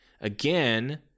again